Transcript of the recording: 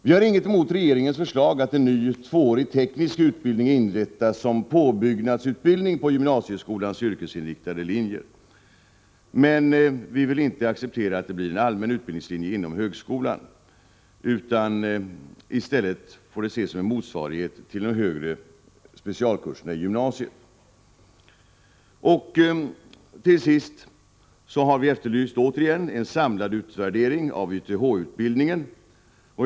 Vi har ingenting emot regeringens förslag om att en ny tvåårig teknisk utbildning inrättas såsom påbyggnadsutbildning på gymnasieskolans yrkesinriktade linjer. Men vi vill inte acceptera att det blir en allmän utbildningslinje inom högskolan. I stället får det ses som en motsvarighet till de högre specialkurserna i gymnasiet. Till sist har vi åter efterlyst en samlad utvärdering av YTH-utbildningarna.